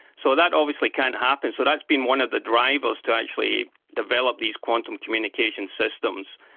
so that obviously can't happen, so that's been one of the drivers to actually develop these quantum communication systems,